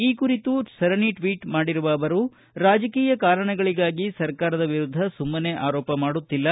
ಈ ಕುರಿತು ಸರಣಿ ಟ್ವೀಟ್ ಮಾಡಿರುವ ಅವರು ರಾಜಕೀಯ ಕಾರಣಗಳಿಗಾಗಿ ಸರ್ಕಾರದ ವಿರುದ್ಧ ಸುಮ್ಮನೆ ಆರೋಪ ಮಾಡುತ್ತಿಲ್ಲ